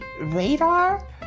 radar